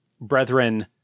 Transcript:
brethren